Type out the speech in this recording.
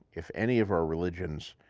if any of our religions